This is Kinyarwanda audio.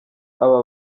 aba